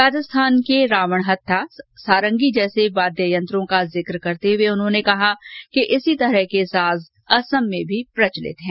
राजस्थान के रावणहत्था सारंगी जैसे वाद्य यंत्रों का जिक्र करते हुए उन्होंने कहा कि इसी तरह के साज असम में भी प्रचलित हैं